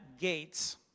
gates